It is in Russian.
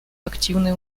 активные